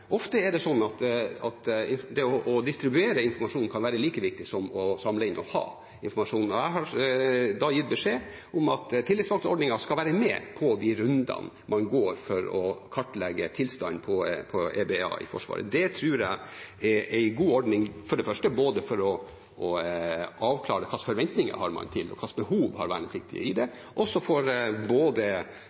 ofte kan det å distribuere informasjon være like viktig som å samle inn og ha informasjon. Jeg har gitt beskjed om at Tillitsvalgtordningen skal være med på de rundene man går for å kartlegge tilstanden på EBA, eiendom, bygg og anlegg, i Forsvaret. Det tror jeg er en god ordning, både for å avklare hvilke forventninger og behov vernepliktige har, og fordi plasskommandanter, Forsvaret og Forsvarsbygg får mulighet til å levere førstehåndskunnskap om tilstanden i Forsvaret. Det er mye å klage på, men det gjøres også